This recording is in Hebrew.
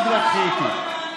אל תתווכחי איתי.